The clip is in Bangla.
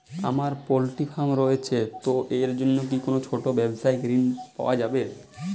আমার পোল্ট্রি ফার্ম রয়েছে তো এর জন্য কি কোনো ছোটো ব্যাবসায়িক ঋণ পাওয়া যাবে?